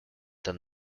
than